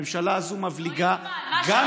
הממשלה הזאת מבליגה, לא ייאמן.